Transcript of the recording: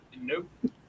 nope